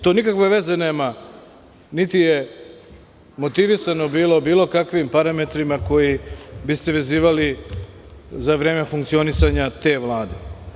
To nikakve veze nema, niti je motivisano bilo bilo kakvim parametrima koji bi se vezivali za vreme funkcionisanja te Vlade.